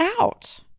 out